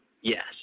yes